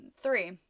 Three